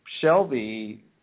Shelby